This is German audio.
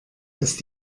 ist